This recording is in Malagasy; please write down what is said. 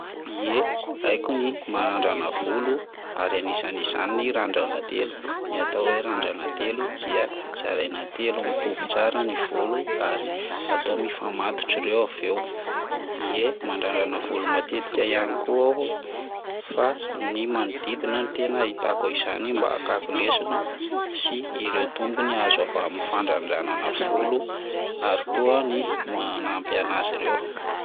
Ye, aiko ny manadrana volo ary an'isany izany ny randrana telo, ny atao hoe randrana telo dia zaraina telo mitovy tsara ny volo ary atao mifamatotra ireo avy eo, ie mandradrana volo matetika ihany koa aho fa ny manodidina no tena ahitako an'izany mba hakako lesona sy ireo tombony azo avy amin'ny fandradranana volo ary koa ny manampy an'azy ireo.